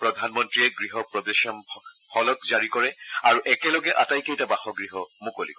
প্ৰধানমন্ত্ৰীয়ে গৃহ প্ৰৱেশম ফলক জাৰি কৰে আৰু একেলগে আটাইকেইটা বাসগ্হ মুকলি কৰে